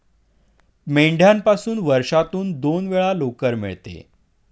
मेंढ्यापासून वर्षातून दोन वेळा लोकर मिळते